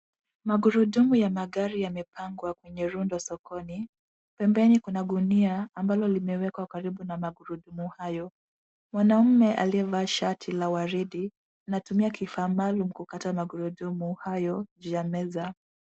Magurudumu ya magari yamepangwa kwenye rundo sokoni. Pembeni kuna gunia ambalo limewekwa karibu na magurudumu hayo. Mwanaume aliyevaa shati la waridi anatumia kifaa maalum kukata magurudumu hayo juu ya meza.